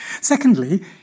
Secondly